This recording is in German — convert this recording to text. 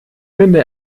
finde